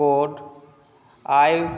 code I